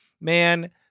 man